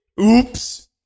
Oops